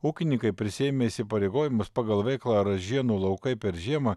ūkininkai prisiėmę įsipareigojimus pagal veiklą ražienų laukai per žiemą